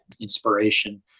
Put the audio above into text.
Inspiration